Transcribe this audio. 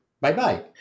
bye-bye